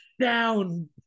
Down